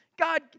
God